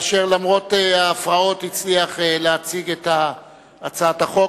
אשר למרות ההפרעות הצליח להציג את הצעת החוק.